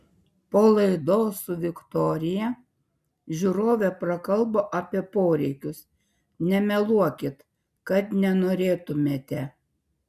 po laidos su viktorija žiūrovė prakalbo apie poreikius nemeluokit kad nenorėtumėte